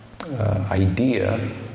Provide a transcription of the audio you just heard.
idea